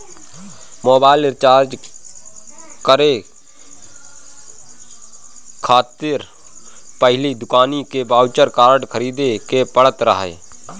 mobile recharge करे खातिर पहिले दुकानी के बाउचर कार्ड खरीदे के पड़त रहे